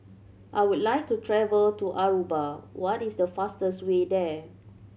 I would like to travel to Aruba what is the fastest way there